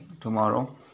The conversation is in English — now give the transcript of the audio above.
tomorrow